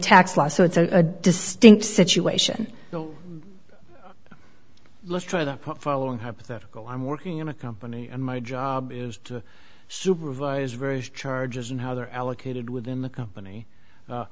tax law so it's a distinct situation let's try the following hypothetical i'm working in a company and my job is to supervise version charges and how they are allocated within company